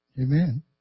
Amen